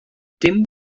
dim